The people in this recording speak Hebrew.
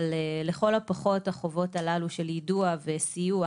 לכל הפחות החובות הללו של יידוע וסיוע